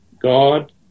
God